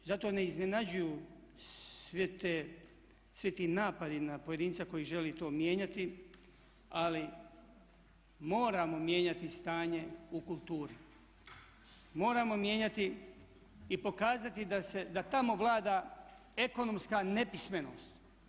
Zato ne iznenađuju svi ti napadi na pojedinca koji želi to mijenjati, ali moramo mijenjati stanje u kulturi, moramo mijenjati i pokazati da tamo vlada ekonomska nepismenost.